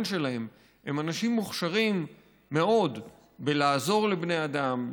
שלהם הם אנשים מוכשרים מאוד בלעזור לבני אדם,